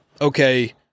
okay